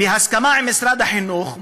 בהסכמה עם משרד החינוך,